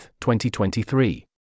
2023